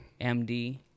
MD